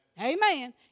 Amen